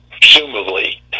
presumably